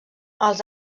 els